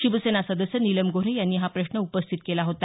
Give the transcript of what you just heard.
शिवसेना सदस्य नीलम गोऱ्हे यांनी हा प्रश्न उपस्थित केला होता